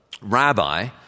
Rabbi